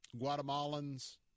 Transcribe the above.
Guatemalans